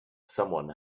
someone